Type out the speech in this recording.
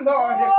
Lord